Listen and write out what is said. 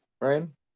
Ryan